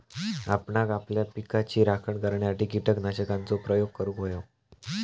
आपणांक आपल्या पिकाची राखण करण्यासाठी कीटकनाशकांचो प्रयोग करूंक व्हयो